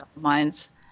Minds